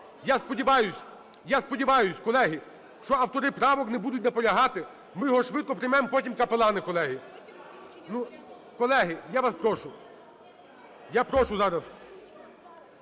я сподіваюсь, колеги, що автори правок не будуть наполягати, ми його швидко приймемо, а потім капелани, колеги. Ну, колеги, я вас прошу! Я прошу, зараз